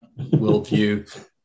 worldview